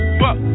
fuck